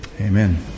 Amen